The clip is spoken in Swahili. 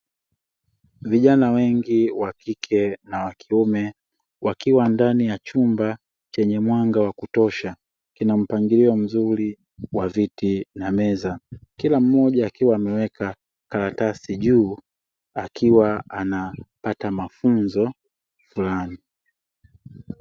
Vijana wengi wa kike na wa kiume wakiwa ndani ya chumba chenye mwanga wa kutosha kina mpangilio mzuri wa viti na meza. Kila mmoja akiwa ameweka karatasi juu akiwa anapata mafunzo maalumu.